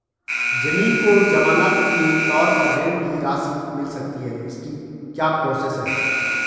ज़मीन को ज़मानत के तौर पर ऋण की राशि मिल सकती है इसकी क्या प्रोसेस है?